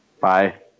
Bye